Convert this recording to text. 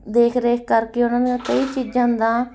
ਦੇਖ ਰੇਖ ਕਰਕੇ ਉਹਨਾਂ ਦੀਆਂ ਕਈ ਚੀਜ਼ਾਂ ਦਾ